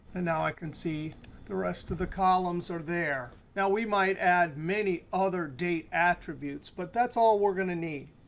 ah now i can see the rest of the columns are there. now, we might add many other date attributes, but that's all we're going to need.